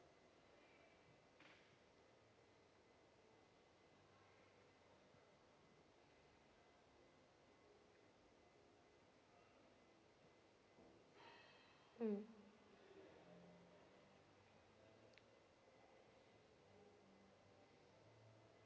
mm